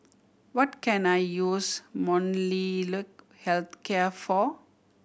what can I use Molnylcke Health Care for